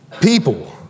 people